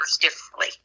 differently